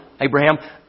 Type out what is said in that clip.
Abraham